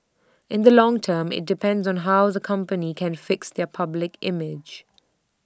in the long term IT depends on how the company can fix their public image